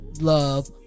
love